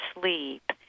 sleep